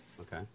Okay